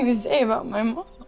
say about my mom.